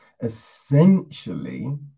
essentially